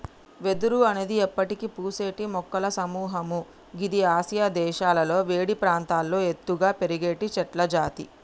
వెదురు అనేది ఎప్పటికి పూసేటి మొక్కల సముహము గిది ఆసియా దేశాలలో వేడి ప్రాంతాల్లో ఎత్తుగా పెరిగేటి చెట్లజాతి